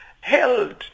held